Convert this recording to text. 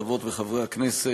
חברות וחברי הכנסת,